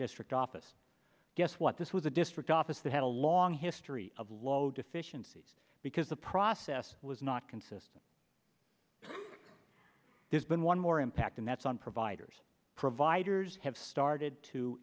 district office guess what this was a district office that had a long history of low deficiencies because the process was not consistent there's been one more impact and that's on providers providers have started to